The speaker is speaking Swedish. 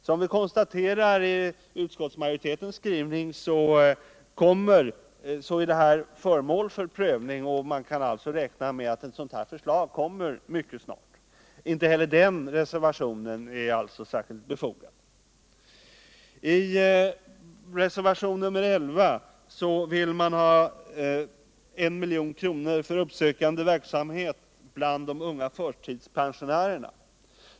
Som vi konstaterar i utskottsmajoritetens skrivning är denna fråga föremål för prövning, och man kan alltså räkna med att ett förslag på denna punkt kommer mycket snabbt. Inte heller den reservationen är alltså särskilt befogad. I reservationen 11 hemställs om 1 milj.kr. till uppsökande verksamhet bland de unga förtidspensionärerna.